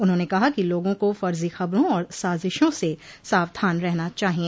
उन्होंने कहा कि लोगों को फर्जी खबरों और साजिशों से सावधान रहना चाहिए